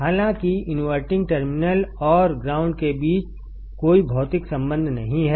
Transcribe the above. हालांकि inverting terminal और ground के बीच कोई भौतिक संबंध नहीं है